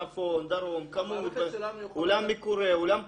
צפון, דרום, כמות, אולם מקורה, אולם כזה.